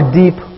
deep